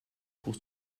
pour